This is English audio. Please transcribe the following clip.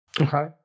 Okay